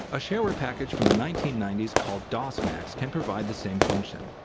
a shareware package from the nineteen ninety s called dosmax can provide the same function.